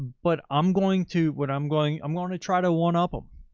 but i'm going to what i'm going. i'm going to try to one up them.